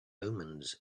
omens